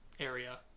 Area